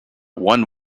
one